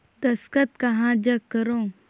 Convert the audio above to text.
दस्खत कहा जग करो?